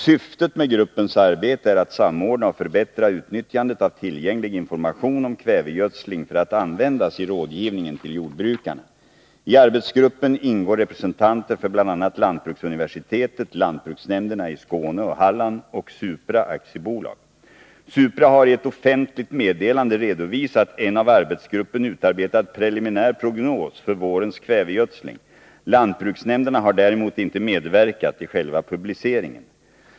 Syftet med gruppens arbete är att samordna och förbättra utnyttjandet av tillgänglig information om kvävegödsling för att användas i rådgivningen till jordbrukarna. I arbetsgruppen ingår representanter för bl.a. lantbruksuniversitetet, lantbruksnämnderna i Skåne och Halland och Supra AB. Supra har i ett offentligt meddelande redovisat en av arbetsgruppen utarbetad preliminär prognos för vårens kvävegödsling. Lantbruksnämnderna har däremot inte medverkat i själva publiceringen.